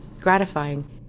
gratifying